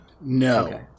no